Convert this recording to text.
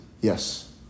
Yes